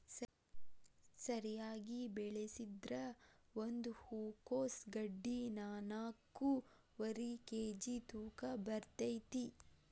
ಸರಿಯಾಗಿ ಬೆಳಸಿದ್ರ ಒಂದ ಹೂಕೋಸ್ ಗಡ್ಡಿ ನಾಕ್ನಾಕ್ಕುವರಿ ಕೇಜಿ ತೂಕ ಬರ್ತೈತಿ